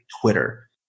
Twitter